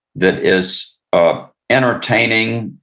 that is ah entertaining,